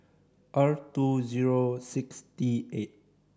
R two zero six T eight